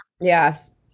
Yes